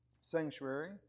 sanctuary